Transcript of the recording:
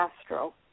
Castro